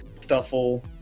Stuffle